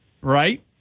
Right